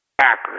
accurate